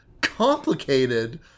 Complicated